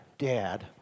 Dad